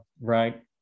right